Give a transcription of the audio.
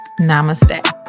namaste